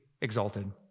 exalted